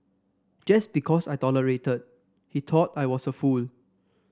just because I tolerated he thought I was a fool